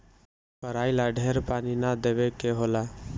कराई ला ढेर पानी ना देवे के होला